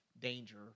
danger